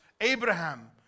Abraham